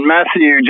Matthew